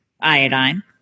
iodine